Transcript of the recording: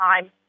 time